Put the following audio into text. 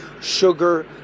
sugar